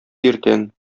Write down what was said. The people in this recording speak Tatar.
иртән